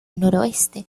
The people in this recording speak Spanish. noroeste